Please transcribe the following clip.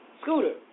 Scooter